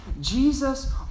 Jesus